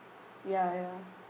ya ya